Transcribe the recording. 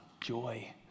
joy